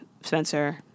Spencer